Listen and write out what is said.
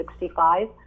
65